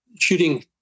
shooting